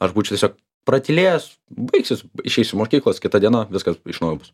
aš būčiau tiesiog pratylėjęs baigsis išeisiu mokyklos kita diena viskas iš naujo bus